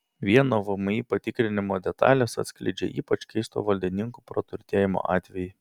vieno vmi patikrinimo detalės atskleidžia ypač keisto valdininkų praturtėjimo atvejį